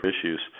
issues